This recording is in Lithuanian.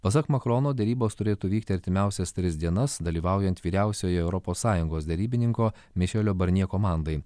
pasak makrono derybos turėtų vykti artimiausias tris dienas dalyvaujant vyriausiojo europos sąjungos derybininko mišelio barnjė komandai